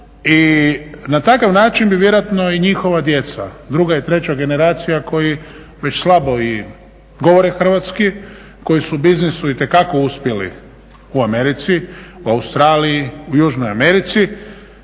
i na takav način bi vjerojatno i njihova djeca druga i treća generacija koji već slabo i govore hrvatski, koji su u biznisu itekako uspjeli u Americi, u Australiji u Južnoj Americi.